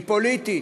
היא פוליטית.